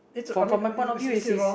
from from my point of view is is